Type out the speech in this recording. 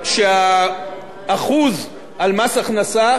שה-1% במס הכנסה